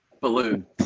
balloon